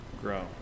grow